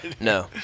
No